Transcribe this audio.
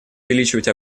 увеличивать